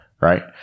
Right